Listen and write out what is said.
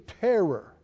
terror